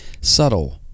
subtle